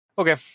Okay